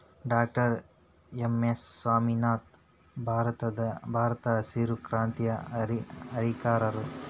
doctor M S Swaminathan ಭಾರತದಹಸಿರು ಕ್ರಾಂತಿಯ ಹರಿಕಾರರು